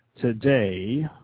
today